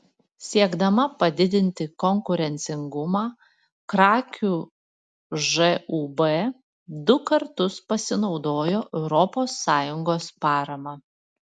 siekdama padidinti konkurencingumą krakių žūb du kartus pasinaudojo europos sąjungos parama